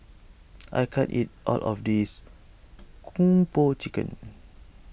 I can't eat all of this Kung Po Chicken